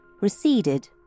receded